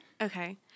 Okay